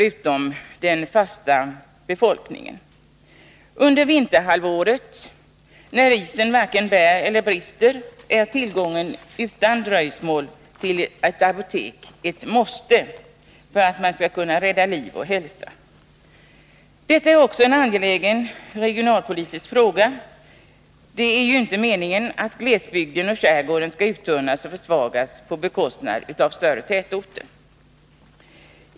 Under vinterhalvåret, när isen varken bär eller brister, är tillgången till ett apotek där man kan få omedelbar hjälp ett måste, för att man skall kunna rädda liv och hälsa. Detta är också en angelägen regionalpolitisk fråga. Det är ju inte meningen att glesbygden och skärgården skall uttunnas och försvagas till förmån för större tätorter.